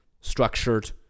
structured